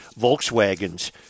Volkswagens